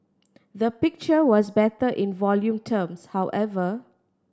the picture was better in volume terms however